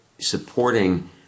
supporting